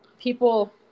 People